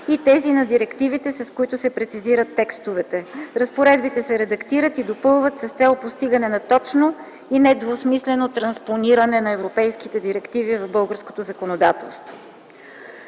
и тези на директивите, с което се прецизират текстовете, разпоредбите се редактират и допълват с цел постигане на точно и недвусмислено транспониране на европейските директиви в българското законодателство.